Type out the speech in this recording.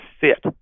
fit